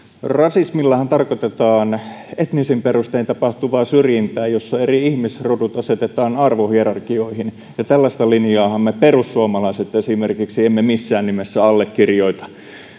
rasismillahan tarkoitetaan etnisin perustein tapahtuvaa syrjintää jossa eri ihmisrodut asetetaan arvohierarkioihin ja tällaista linjaahan esimerkiksi me perussuomalaiset emme missään nimessä allekirjoita